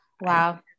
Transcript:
wow